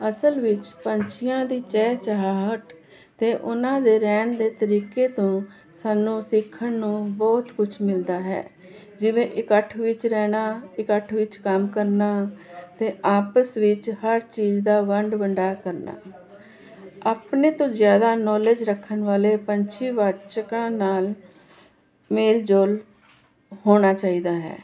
ਅਸਲ ਵਿੱਚ ਪੰਛੀਆਂ ਦੀ ਚਹ ਚਹਾਟ ਤੇ ਉਹਨਾਂ ਦੇ ਰਹਿਣ ਦੇ ਤਰੀਕੇ ਤੋਂ ਸਾਨੂੰ ਸਿੱਖਣ ਨੂੰ ਬਹੁਤ ਕੁਝ ਮਿਲਦਾ ਹੈ ਜਿਵੇਂ ਇਕੱਠ ਵਿੱਚ ਰਹਿਣਾ ਇਕੱਠ ਵਿੱਚ ਕੰਮ ਕਰਨਾ ਤੇ ਆਪਸ ਵਿੱਚ ਹਰ ਚੀਜ਼ ਦਾ ਵੰਡ ਵੰਡਾ ਕਰਨਾ ਆਪਣੇ ਤੋਂ ਜਿਆਦਾ ਨੌਲੇਜ ਰੱਖਣ ਵਾਲੇ ਪੰਛੀਵਾਚਕਾਂ ਨਾਲ ਮੇਲ ਜੋਲ ਹੋਣਾ ਚਾਹੀਦਾ ਹੈ